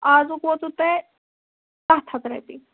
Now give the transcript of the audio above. آزُک ووتو تۄہہ سَتھ ہتھ رۄپیہِ